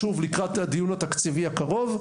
לקראת הדיון התקציבי הקרוב,